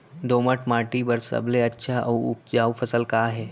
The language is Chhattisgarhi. दोमट माटी बर सबले अच्छा अऊ उपजाऊ फसल का हे?